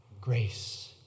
grace